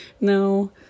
No